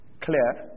Clear